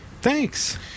Thanks